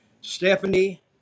Stephanie